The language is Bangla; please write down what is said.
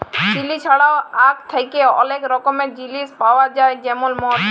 চিলি ছাড়াও আখ থ্যাকে অলেক রকমের জিলিস পাউয়া যায় যেমল মদ